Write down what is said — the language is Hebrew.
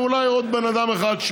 ואולי עוד בן אדם אחד,